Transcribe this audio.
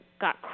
got